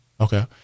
Okay